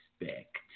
expect